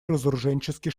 разоруженческий